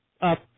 up